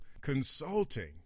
consulting